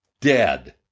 dead